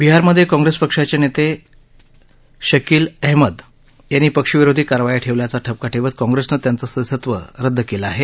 बिहारमधे काँग्रेस पक्षाचे नेते शकील अहमद यांनी पक्षविरोधी कारवाया केल्याचा ठपका ठेवत काँग्रेसनं त्यांचं सदस्यत्व रद्द केलं आहे